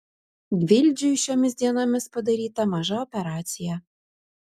gvildžiui šiomis dienomis padaryta maža operacija